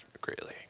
greatly